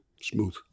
smooth